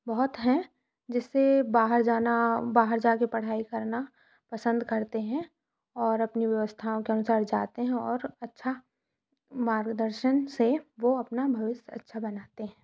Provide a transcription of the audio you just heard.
बहुत हैं जिससे बाहर जाना बाहर जा कर पढ़ाई करना पसंद करते हैं और अपनी व्यवस्थाओं के अनुसार जाते हैं और अच्छे मार्गदर्शन से वो अपना भविष्य अच्छा बनाते हैं